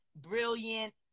brilliant